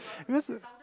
you so